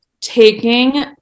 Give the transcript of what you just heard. taking